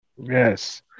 Yes